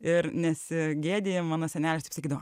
ir nesigėdijam mano senelis sakydavo